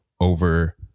over